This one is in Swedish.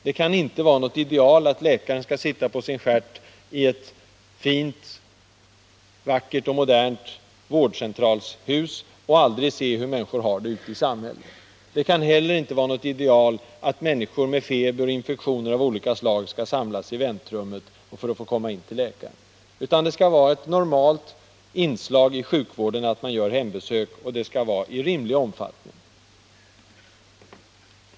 Det kan inte vara något ideal att läkaren skall sitta på sin stjärt i ett fint, vackert och modernt vårdcentralshus och aldrig se hur människor har det ute i samhället. Det kan heller inte vara något ideal att människor med feber och infektioner av olika slag skall samlas i väntrummet för att få komma in till läkaren. Hembesök i rimlig omfattning bör vara ett normalt inslag i sjukvården.